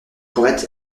pourrait